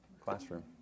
classroom